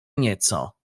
nieco